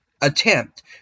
attempt